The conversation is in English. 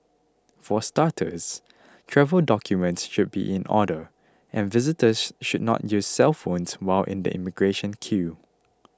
for starters travel documents should be in order and visitors should not use cellphones while in the immigration queue